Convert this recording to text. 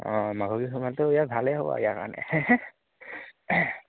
অঁ মাঘৰ বিহুত সোমালেতো ইয়াত ভালেই হ'ব ইয়াৰ কাৰণে